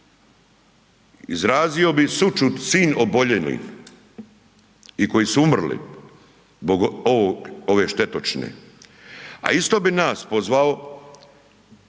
Izrazio bi sućut svim oboljelim i koji su umrli zbog ovog, ove štetočine, a isto bi nas pozvao